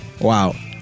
Wow